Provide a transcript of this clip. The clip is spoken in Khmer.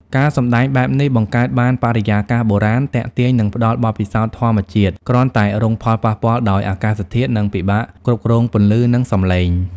ការសម្តែងបែបនេះ បង្កើតបានបរិយាកាសបុរាណ ទាក់ទាញ និងផ្តល់បទពិសោធន៍ធម្មជាតិ គ្រាន់តែរងផលប៉ះពាល់ដោយអាកាសធាតុ និងពិបាកគ្រប់គ្រងពន្លឺ និងសម្លេង។